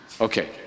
Okay